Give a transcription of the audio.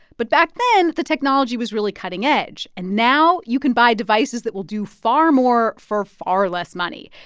but back then, the technology was really cutting-edge, and now you can buy devices that will do far more for far less money.